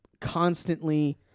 constantly